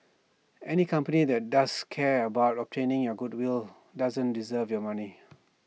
any company that doesn't care about obtaining your goodwill doesn't deserve your money